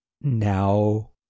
now